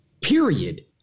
period